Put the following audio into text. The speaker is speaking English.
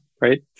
right